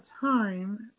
time